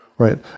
Right